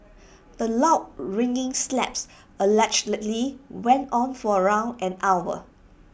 the loud ringing slaps allegedly went on for around an hour